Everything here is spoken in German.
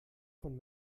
von